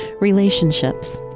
Relationships